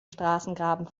straßengraben